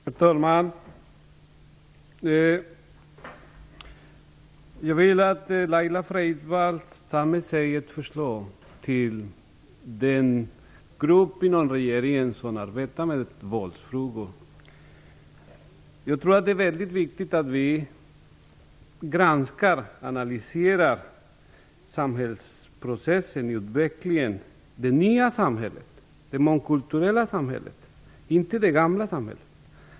Herr talman! För det första skulle jag vilja att Laila Frevalds tar med sig ett förslag till den grupp inom regeringen som arbetar med våldsfrågor. Det är viktigt att vi granskar och analyserar samhällsprocessen i utvecklingen, dvs. det nya, mångkulturella samhället, inte det gamla samhället.